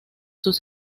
sus